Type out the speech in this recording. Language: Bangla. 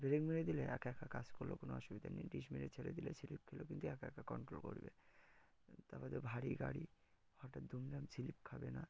ব্রেক মেরে দিলে একা একা কাজ করল কোনো অসুবিধা নেই ডিশ মেরে ছেড়ে দিলে স্লিপ খেল কিন্তু একা একা কন্ট্রোল করবে তার পরে তো ভারী গাড়ি হঠাৎ দুুমদাম স্লিপ খাবে না